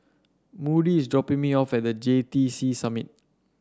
Moody is dropping me off at The J T C Summit